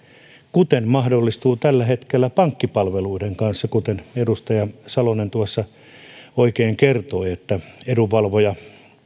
kuten mahdollistuu tällä hetkellä pankkipalveluiden kanssa kuten edustaja salonen tuossa oikein kertoi että edunvalvoja